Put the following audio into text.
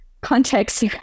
context